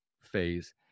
phase